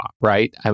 Right